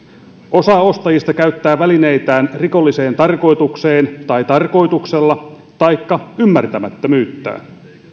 osa ostajista käyttää välineitään rikolliseen tarkoitukseen tarkoituksella taikka ymmärtämättömyyttään